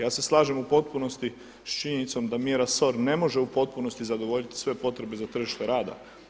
Ja se slažem u potpunosti sa činjenicom da mjera SOR ne može u potpunosti zadovoljiti sve potrebe za tržište rada.